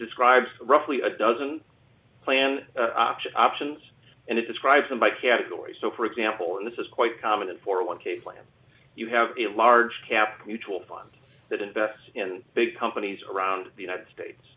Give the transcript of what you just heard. describes roughly a dozen plan options and it describes them by category so for example and this is quite common for one k plan you have a large cap mutual fund that invests in big companies around the united states